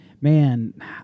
man